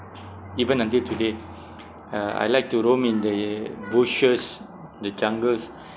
even until today uh I like to roam in the bushes the jungles